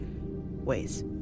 ways